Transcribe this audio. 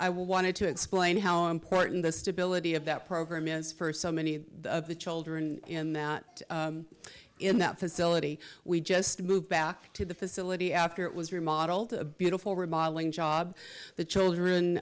i wanted to explain how important the stability of that program is for so many of the children in that in that facility we just moved back to the facility after it was remodeled a beautiful remodeling job the